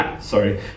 sorry